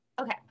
Okay